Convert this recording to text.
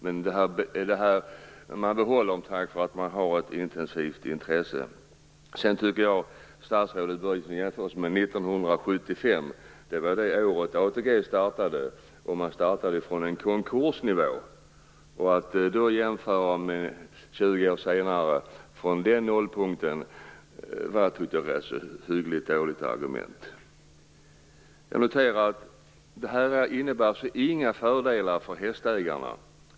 Men man behåller dem tack vare att man har ett intensivt intresse. Statsrådet gör en jämförelse med 1975. Det var det året ATG startade, och man startade då från en konkursnivå. Att 20 år senare göra en jämförelse med den nollpunkten är ett dåligt argument. Jag noterar att det här inte innebär några fördelar för hästägarna.